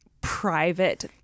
private